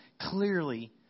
clearly